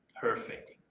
Perfect